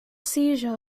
seizure